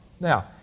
now